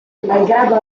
malgrado